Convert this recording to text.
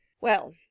Well